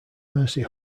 mercy